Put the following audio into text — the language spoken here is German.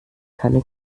keine